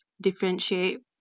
differentiate